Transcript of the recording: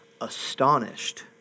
astonished